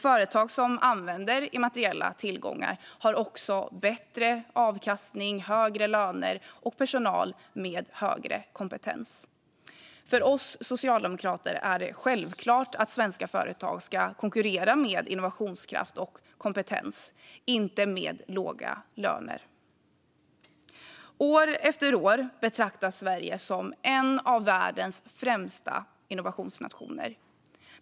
Företag som använder immateriella tillgångar har också bättre avkastning, högre löner och personal med högre kompetens. För oss socialdemokrater är det självklart att svenska företag ska konkurrera med innovationskraft och kompetens, inte med låga löner. År efter år betraktas Sverige som en av världens främsta innovationsnationer.